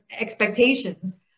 expectations